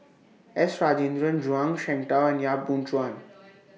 S Rajendran Zhuang Shengtao and Yap Boon Chuan